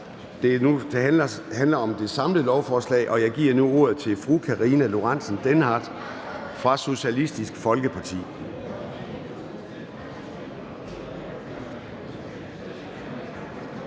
der har bedt om ordet, og jeg giver først ordet til fru Karina Lorentzen Dehnhardt fra Socialistisk Folkeparti.